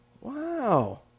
Wow